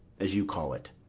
as you call it?